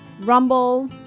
Rumble